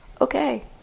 Okay